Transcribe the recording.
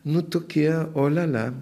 nu tokie o lia lia